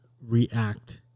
react